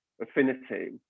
affinity